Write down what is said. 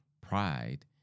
Pride